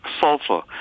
sulfur